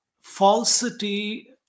falsity